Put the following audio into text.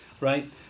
right